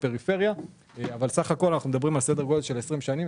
בפריפריה - אבל סך הכל אנחנו מדברים על סדר גודל של 20 שנה.